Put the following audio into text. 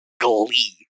glee